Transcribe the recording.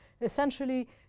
essentially